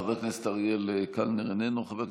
חבר הכנסת אריאל קלנר, איננו.